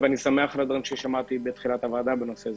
אני שמח על הדברים ששמעתי בנושא זה.